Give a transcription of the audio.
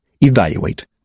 evaluate